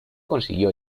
consiguió